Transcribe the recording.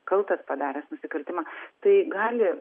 kaltas padaręs nusikaltimą tai gali